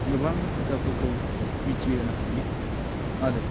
गोबां खोथाफोरखौ मिथिहोनो हायो आरो